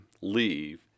leave